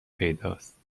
پیداست